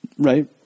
Right